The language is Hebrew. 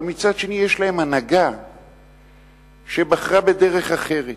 אבל מצד שני, יש להם הנהגה שבחרה בדרך אחרת.